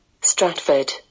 Stratford